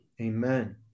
Amen